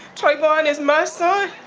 trayvon is my so